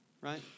Right